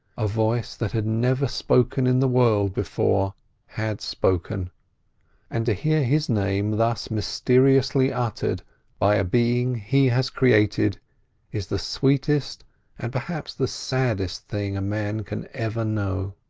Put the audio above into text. a voice that had never spoken in the world before had spoken and to hear his name thus mysteriously uttered by a being he has created is the sweetest and perhaps the saddest thing a man can ever know.